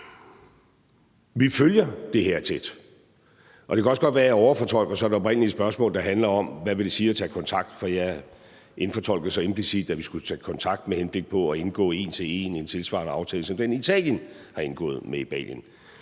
Vi følger det her tæt. Det kan også godt være, at jeg overfortolker det oprindelige spørgsmål, der handler om, hvad det vil sige at tage kontakt, for jeg indfortolkede så implicit, at vi skulle tage kontakt med henblik på en til en at indgå en tilsvarende aftale som den, som Italien har indgået med Albanien,